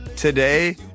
Today